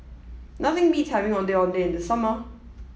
nothing beats having Ondeh Ondeh in the summer